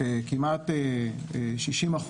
כמעט 60%,